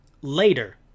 later